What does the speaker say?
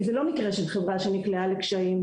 זה לא מקרה של חברה שנקלעה לקשיים,